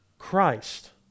Christ